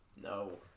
no